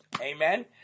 Amen